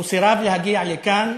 הוא סירב להגיע לכאן,